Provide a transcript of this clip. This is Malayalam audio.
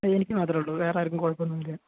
എനിക്ക് മാത്രമേ ഉള്ളു വേറെ ആർക്കും കുഴപ്പമൊന്നുമില്ല